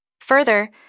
Further